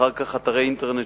אחר כך אתרי אינטרנט